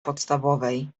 podstawowej